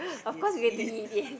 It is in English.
yes eat